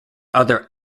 other